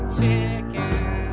chicken